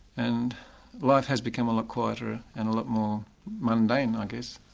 and life has become a lot quieter and a lot more mundane, i guess,